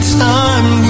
time